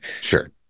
Sure